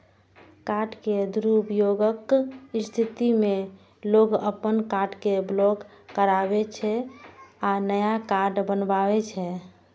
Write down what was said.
card के दुरुपयोगक स्थिति मे लोग अपन कार्ड कें ब्लॉक कराबै छै आ नया कार्ड बनबावै छै